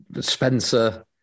Spencer